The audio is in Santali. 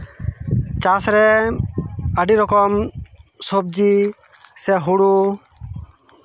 ᱪᱟᱥᱨᱮ ᱟᱹᱰᱤ ᱨᱚᱠᱚᱢ ᱥᱚᱵᱽᱡᱤ ᱥᱮ ᱦᱩᱲᱩ